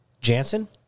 Jansen